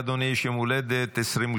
הנכונה השמועה שלאדוני יש יום הולדת 22?